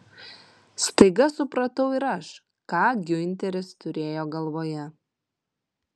staiga supratau ir aš ką giunteris turėjo galvoje